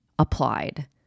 Applied